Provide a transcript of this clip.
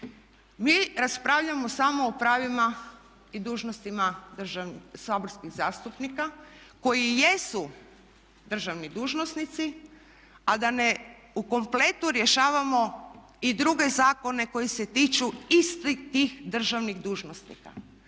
Mi raspravljamo samo o pravima i dužnostima saborskih zastupnika koji jesu državni dužnosnici a da ne u kompletu rješavamo i druge zakone koji se tiču istih tih državnih dužnosnika.